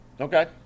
Okay